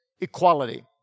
equality